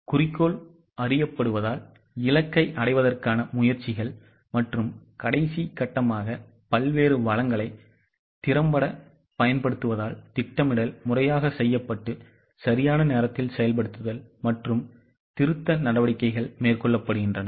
குறிக்கோள் அறியப்படுவதால் இலக்கை அடைவதற்கான முயற்சிகள் மற்றும் கடைசி கட்டமாக பல்வேறு வளங்களை திறம்பட பயன்படுத்துவதால் திட்டமிடல் முறையாக செய்யப்பட்டு சரியான நேரத்தில் செயல்படுத்தல் மற்றும் திருத்த நடவடிக்கைகள் மேற்கொள்ளப்படுகின்றன